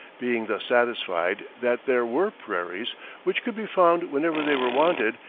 being thus satisfied that there were prairies which could be found whenever they were wanted,